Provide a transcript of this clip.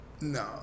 No